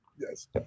Yes